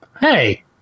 Hey